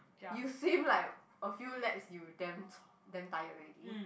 you swim like a few laps you damn damn tired already